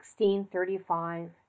1635